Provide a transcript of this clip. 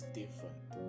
different